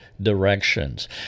directions